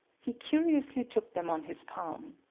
he curiously took them on his palm.